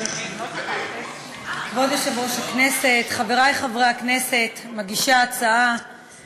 בינואר יצאו, חבר הכנסת, דבריך נשמעו באריכות.